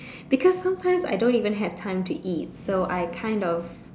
because sometimes I don't even have time to eat so I kind of